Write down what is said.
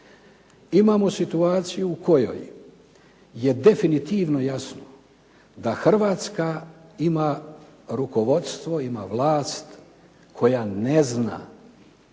Imamo situaciju u kojoj je definitivno jasno da Hrvatska ima rukovodstvo, ima vlast koja ne zna,